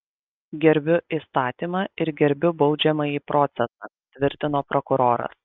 gerbiu įstatymą ir gerbiu baudžiamąjį procesą tvirtino prokuroras